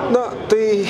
na tai